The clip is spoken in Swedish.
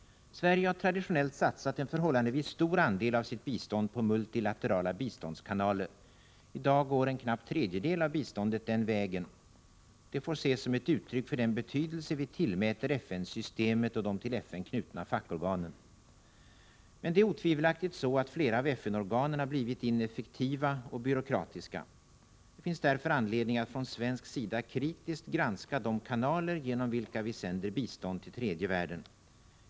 Sverige har traditionellt satsat en förhållandevis stor andel av sitt bistånd på multilaterala biståndskanaler. I dag går en knapp tredjedel av biståndet den vägen. Detta får ses som ett uttryck för den betydelse vi tillmäter FN-systemet och de till FN knutna fackorganen. Men det är otvivelaktigt så att flera av FN-organen har blivit ineffektiva och byråkratiska. Det finns därför anledning att från svensk sida kritiskt granska de kanaler genom vilka vi sänder bistånd till tredje världen.